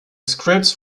scripts